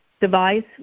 device